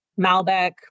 Malbec